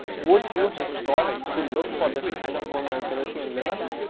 would you have thought to look for this kind of vulnerability in linux?